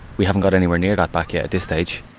we haven't got anywhere near that back yeah at this stage,